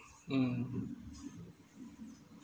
mm